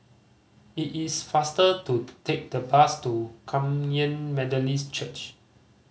it is faster to take the bus to Kum Yan Methodist Church